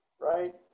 right